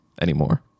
anymore